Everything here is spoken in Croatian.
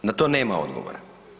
Na to nema odgovora.